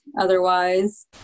Otherwise